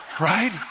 right